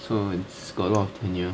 so it's got a lot of tenure